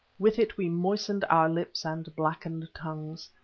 with it we moistened our lips and blackened tongues.